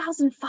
2005